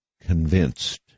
convinced